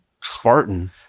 Spartan